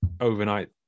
overnight